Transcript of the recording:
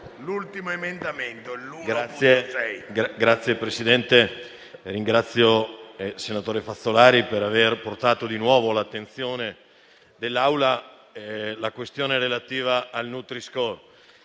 Signor Presidente, ringrazio il senatore Fazzolari per aver portato di nuovo all'attenzione dell'Assemblea la questione relativa al nutri-score.